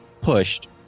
pushed